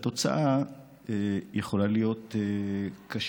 התוצאה יכולה להיות קשה.